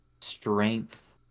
strength